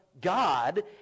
God